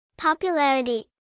Popularity